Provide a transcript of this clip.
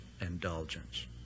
indulgence